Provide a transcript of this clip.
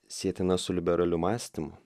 sietina su liberaliu mąstymu